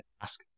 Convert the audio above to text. ask